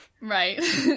Right